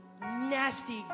nasty